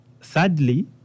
Sadly